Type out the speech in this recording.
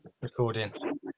recording